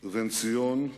ובנציון,